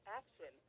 action